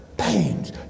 Pains